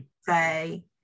say